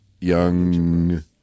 Young